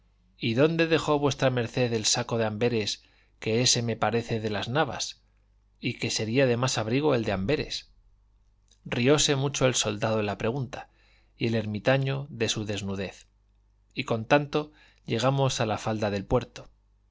y dónde dejó v md el saco de amberes que ese me parece de las navas y que sería de más abrigo el de amberes rióse mucho el soldado de la pregunta y el ermitaño de su desnudez y con tanto llegamos a la falda del puerto